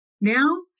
now